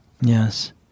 Yes